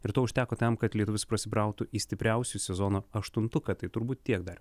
ir to užteko tam kad lietuvis prasibrautų į stipriausių sezono aštuntuką tai turbūt tiek dar